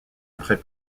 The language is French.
après